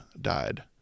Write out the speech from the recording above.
died